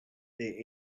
they